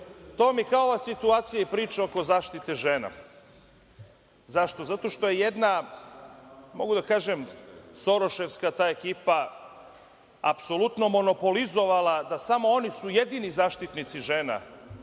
vam je kao ova situacija i priča oko zaštite žena. Zašto? Zato što je jedna, mogu da kažem, soroševska ekipa apsolutno monopolizovala da su samo oni jedini zaštitnici žena